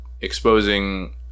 exposing